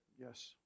Yes